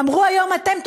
אמרו היום: אתם,